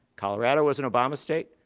colorado was an obama state.